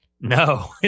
No